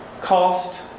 cost